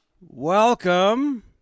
welcome